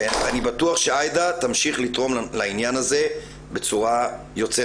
אני בטוח שעאידה תמשיך לתרום לעניין הזה בצורה יוצאת